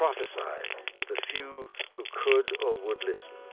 prophesy to the few who could or would listen.